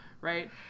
right